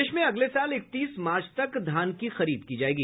प्रदेश में अगले साल इकतीस मार्च तक धान की खरीद की जायेगी